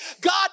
God